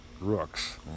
rooks